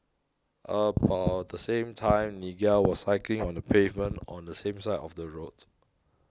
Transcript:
about the same time Nigel was cycling on the pavement on the same side of the road